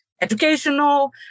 educational